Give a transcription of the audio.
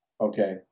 okay